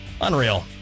Unreal